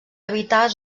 habitar